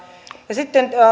sitten on